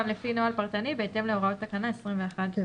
גם לפי נוהל פרטני בהתאם להוראות תקנה 21(1)."